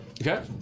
Okay